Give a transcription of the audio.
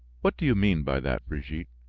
what do you mean by that, brigitte?